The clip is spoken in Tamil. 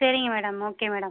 சரிங்க மேடம் ஓகே மேடம்